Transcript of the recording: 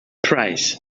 price